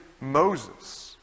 Moses